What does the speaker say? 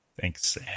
Thanks